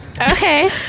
Okay